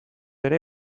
ere